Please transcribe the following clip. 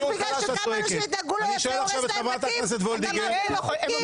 אתה מעביר לו חוקים.